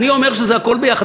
אני אומר שזה הכול ביחד,